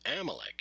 Amalek